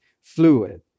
fluid